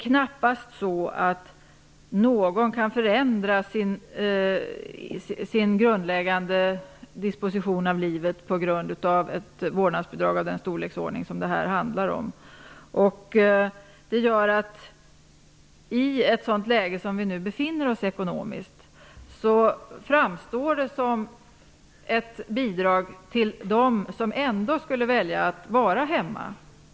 Knappast någon kan förändra sin grundläggande disposition av livet på grund av ett vårdnadsbidrag av den storleksordning som det här handlar om. Det gör att vårdnadsbidraget i det ekonomiska läge som vi befinner oss i framstår som ett bidrag till dem som ändå skulle välja att vara hemma.